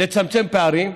לצמצם פערים,